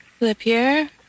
LePierre